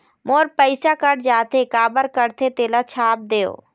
मोर पैसा कट जाथे काबर कटथे तेला छाप देव?